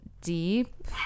deep